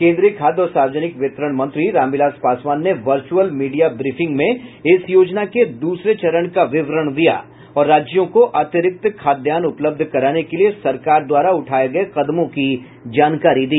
केंद्रीय खाद्य और सार्वजनिक वितरण मंत्री रामविलास पासवान ने वचुर्अल मीडिया ब्रीफिंग में इस योजना के दूसरे चरण का विवरण दिया और राज्यों को अतिरिक्त खाद्यान्न उपलब्ध कराने के लिए सरकार द्वारा उठाए गए कदमों की जानकारी दी